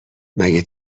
مگه